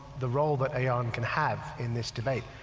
the role that aayan can have in this debate,